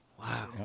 Wow